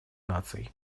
наций